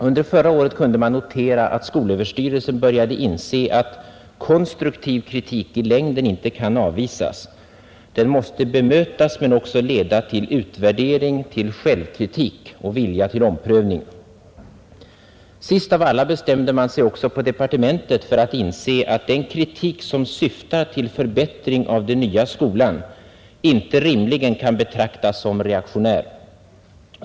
Under förra året kunde man notera att skolöverstyrelsen började inse att konstruktiv kritik i längden inte kan avvisas — den måste bemötas men också leda till utvärdering, självkritik och vilja till omprövning. Sist av alla bestämde sig också departementet för att inse att kritik, som syftar till förbättring av den nya skolan, inte rimligen kan betraktas som reaktionär.